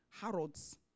Harrods